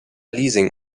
leasing